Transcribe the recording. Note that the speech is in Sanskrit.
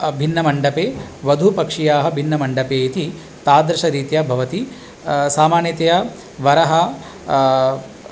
भिन्नमण्डपे वधुपक्षीयाः भिन्नमण्डपे इति तादृशरीत्या भवति सामान्यतया वरः